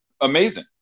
amazing